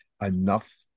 enough